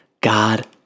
God